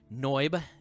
NOIB